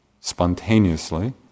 spontaneously